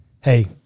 Hey